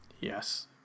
Yes